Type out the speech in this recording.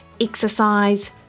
exercise